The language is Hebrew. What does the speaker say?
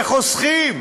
וחוסכים.